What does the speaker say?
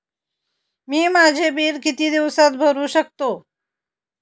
मी माझे बिल किती दिवसांत भरू शकतो?